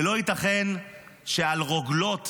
ולא ייתכן שעל רוגלות